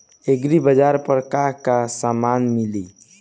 एग्रीबाजार पर का का समान मिली?